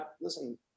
listen